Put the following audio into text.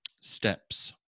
Steps